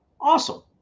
Awesome